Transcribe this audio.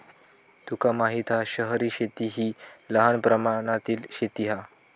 तुका माहित हा शहरी शेती हि लहान प्रमाणातली शेती हा